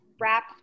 wrap